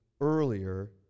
earlier